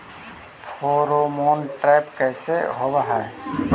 Pheromone trap कैसे होब हई?